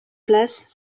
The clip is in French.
place